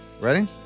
Ready